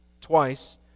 twice